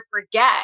forget